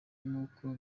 nuko